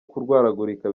kurwaragurika